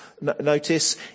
notice